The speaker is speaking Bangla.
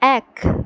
এক